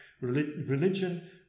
religion